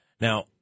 Now